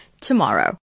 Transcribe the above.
tomorrow